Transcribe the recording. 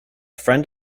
friend